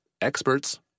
experts